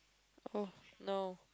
oh no